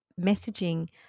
messaging